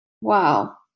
wow